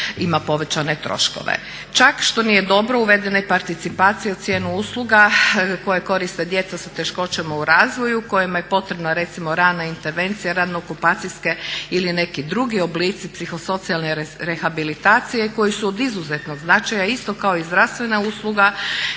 ima povećane troškove. Čak što nije dobro uvedena je i participacija u cijenu usluga koje koriste djeca sa teškoćama u razvoju kojima je potrebno recimo rana intervencija radno okupacijske ili neki drugi oblici psihosocijalne rehabilitacije koji su od izuzetnog značaja isto kao i zdravstvena usluga.